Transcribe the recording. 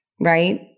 Right